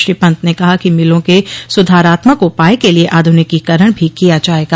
श्री पन्त ने कहा कि मिलों के सुधारात्मक उपाय के लिए आधुनिकीकरण भी किया जायेगा